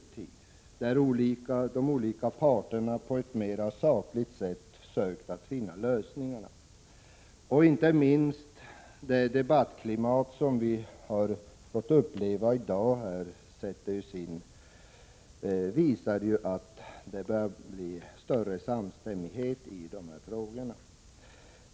1986/87:124 ett mer sakligt sätt sökt finna lösningar. Inte minst det debattklimat vi 15 maj 1987 upplevt i dag visar att det börjar bli större samstämmighet i dessa frågor.